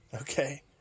Okay